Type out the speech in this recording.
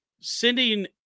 sending